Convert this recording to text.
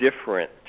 different